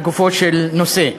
לגופו של נושא,